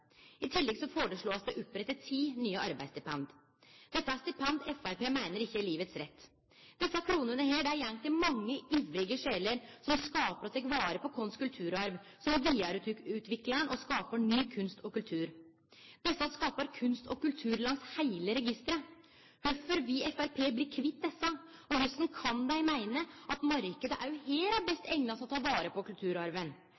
I tillegg blir det foreslått å opprette ti ny arbeidsstipend. Dette er stipend Framstegspartiet meiner ikkje har livets rett. Desse kronene går til mange ivrige sjeler som skapar og tek vare på kulturarven vår, som vidareutviklar han og skapar ny kunst og kultur. Desse skapar kunst og kultur langs heile registeret. Kvifor vil Framstegspartiet bli kvitt desse, og korleis kan dei meine at